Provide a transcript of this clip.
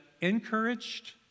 encouraged